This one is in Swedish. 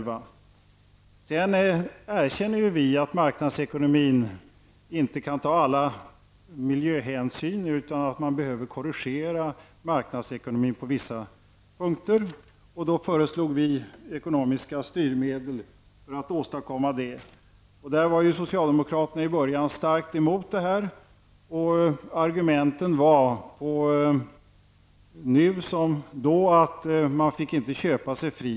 Vi erkänner att marknadsekonomin inte kan ta alla miljöhänsyn, utan att marknadsekonomin behöver korrigeras på vissa punkter. Vi föreslog då ekonomiska styrmedel för att åstadkomma detta. Socialdemokraterna var i början starkt emot detta, och argumentet var nu som då att man inte skulle få köpa sig fri.